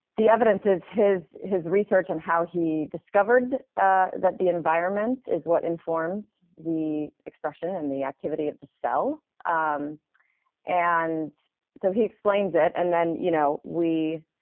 the evidence is his his research on how he discovered ah that the environment is what informs the expression and the activity of the cell. um and so he explains it, and then you know we.